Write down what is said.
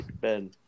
Ben